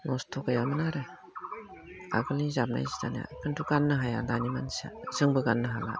नस्थ' जायामोन आरो आगोलनि जाबनाय जि दानाया खिन्थु गाननो हाया दानि मानसिया जोंबो गाननो हाला